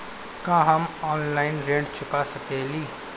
का हम ऑनलाइन ऋण चुका सके ली?